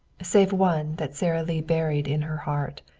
save one that sara lee buried in her heart.